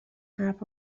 حرف